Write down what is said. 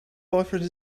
boyfriend